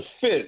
fit